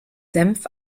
senf